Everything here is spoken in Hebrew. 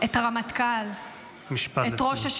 אתם צריכים להתנצל בפני משפחת פרקש עכשיו.